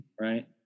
right